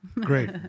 Great